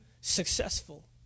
successful